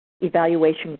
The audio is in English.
evaluation